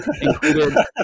included